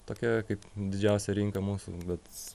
tokia kaip didžiausia rinka mūsų bet